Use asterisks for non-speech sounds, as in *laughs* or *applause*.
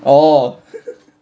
orh *laughs*